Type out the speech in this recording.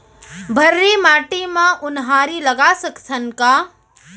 भर्री माटी म उनहारी लगा सकथन का?